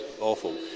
awful